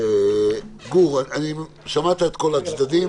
גור, שמעת את כל הצדדים.